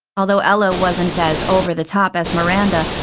although ella wasn't as over-the-top as miranda,